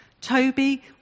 Toby